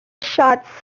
shots